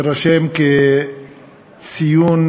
תירשם כציון